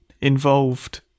involved